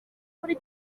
muri